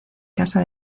casa